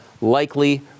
likely